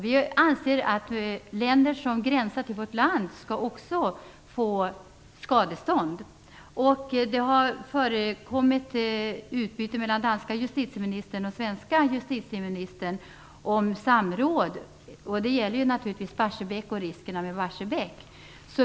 Vi anser att länder som gränsar till vårt land också skall få skadestånd. Det har förekommit utbyte mellan de danska och svenska justitieministrarna om samråd. Det gäller naturligtvis riskerna med Barsebäck.